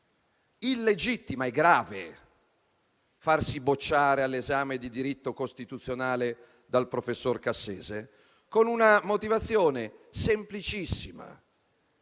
illegittima. Ed è grave farsi bocciare all'esame di diritto costituzionale dal professor Cassese con una motivazione semplicissima: